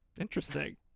Interesting